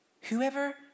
whoever